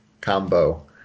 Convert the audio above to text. combo